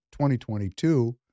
2022